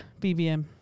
BBM